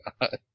God